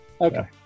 Okay